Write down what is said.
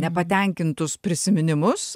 nepatenkintus prisiminimus